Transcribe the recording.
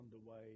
underway